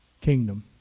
kingdom